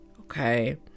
okay